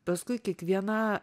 paskui kiekviena